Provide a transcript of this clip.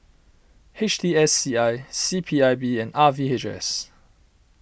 H T S C I C P I B and R V H S